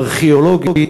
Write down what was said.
ארכיאולוגית,